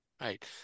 Right